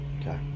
Okay